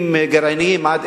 הוא לא נושא באחריות לנושא שלנו,